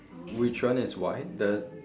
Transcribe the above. which one is white the